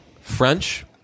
French